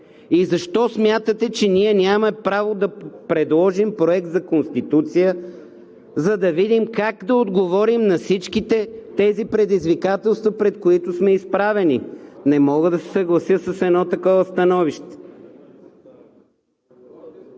Защо смятате, че ние нямаме право да предложим Проект на Конституция, за да видим как да отговорим на всички тези предизвикателства, пред които сме изправени?! Не мога да се съглася с такова становище.